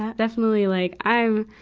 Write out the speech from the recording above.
ah definitely, like, i'm,